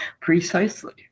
precisely